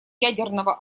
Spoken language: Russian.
ядерного